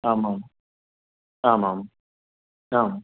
आम् आम् आम् आम् आम्